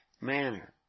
manner